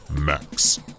Max